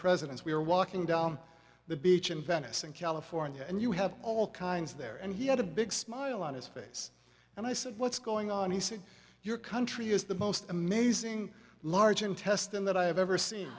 presidents we're walking down the beach in venice in california and you have all kinds there and he had a big smile on his face and i said what's going on he said your country is the most amazing large intestine that i have ever seen